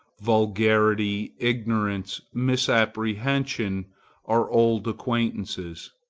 vulgarity, ignorance, misapprehension are old acquaintances.